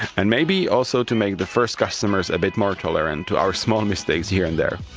and maybe also to make the first customers a bit more tolerant to our small mistakes here and there.